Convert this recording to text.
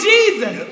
Jesus